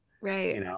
Right